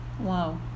wow